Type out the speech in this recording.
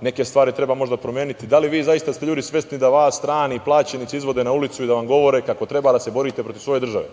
neke stvari treba možda promeniti, da li ste vi, ljudi, svesni da vas strani plaćenici izvode na ulicu i da vam govore kako treba da se borite protiv svoje države.